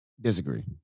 Disagree